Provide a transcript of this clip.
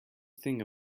think